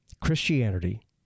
Christianity